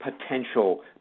potential